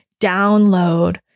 download